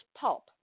pulp